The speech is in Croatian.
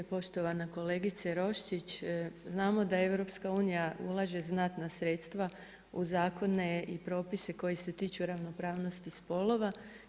Poštovana kolegice Roščić, znamo da EU ulaže znatna sredstva u zakone i propise koji se tiču ravnopravnosti spolova.